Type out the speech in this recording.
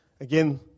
again